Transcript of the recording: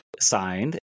signed